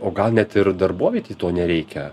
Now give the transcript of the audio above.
o gal net ir darbovietei to nereikia